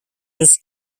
this